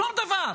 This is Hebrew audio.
שום דבר,